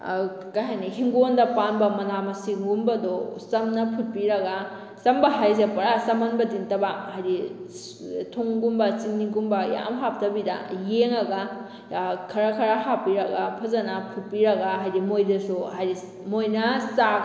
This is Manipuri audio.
ꯀꯩ ꯍꯥꯏꯅꯤ ꯍꯤꯡꯒꯣꯜꯗ ꯄꯥꯟꯕ ꯃꯅꯥ ꯃꯁꯤꯡꯒꯨꯝꯕꯗꯣ ꯆꯝꯅ ꯐꯨꯠꯄꯤꯔꯒ ꯆꯝꯕ ꯍꯥꯏꯁꯦ ꯄꯨꯔꯥ ꯆꯝꯍꯟꯕꯗꯤ ꯅꯠꯇꯕ ꯍꯥꯏꯗꯤ ꯊꯨꯝꯒꯨꯝꯕ ꯆꯤꯅꯤꯒꯨꯝꯕ ꯌꯥꯝ ꯍꯥꯞꯇꯕꯤꯗ ꯌꯦꯡꯉꯒ ꯈꯔ ꯈꯔ ꯍꯥꯞꯄꯤꯔꯒ ꯐꯖꯅ ꯐꯨꯠꯄꯤꯔꯒ ꯍꯥꯏꯗꯤ ꯃꯣꯏꯗꯁꯨ ꯍꯥꯏꯗꯤ ꯃꯣꯏꯅ ꯆꯥꯛ